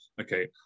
Okay